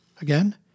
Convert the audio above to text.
again